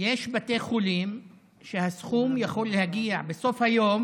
יש בתי חולים שהסכום יכול להגיע בסוף היום,